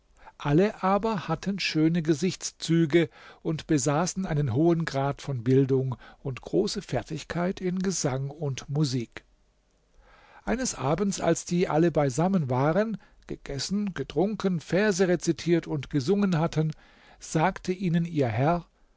alle aber hatten schöne gesichtszüge und besaßen einen hohen grad von bildung und große fertigkeit in gesang und musik eines abends als die alle beisammen waren gegessen getrunken verse rezitiert und gesungen hatten sagte ihnen ihr herr